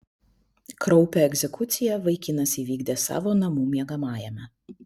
kraupią egzekuciją vaikinas įvykdė savo namų miegamajame